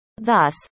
Thus